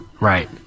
Right